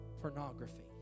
pornography